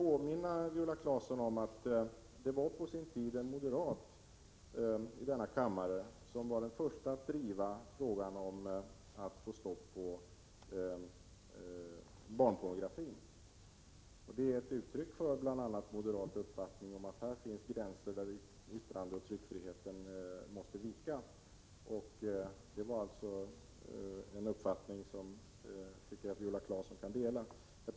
Det var, Viola Claesson, en moderat ledamot av denna kammare som var först med att driva frågan om att få stopp på barnpornografin. Det är ett uttryck för moderat uppfattning att här finns en gräns där yttrandeoch tryckfriheten måste vika. Den uppfattningen delar säkerligen Viola Claesson.